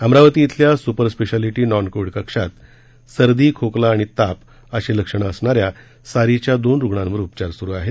अमरावती इथल्या super speciality non COVID कक्षात सर्दी खोकला आणि ताप अशी लक्षणे असणाऱ्या सारीच्या दोन रुग्णावर उपचार सुरू आहेत